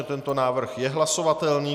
Tento návrh je hlasovatelný.